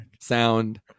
sound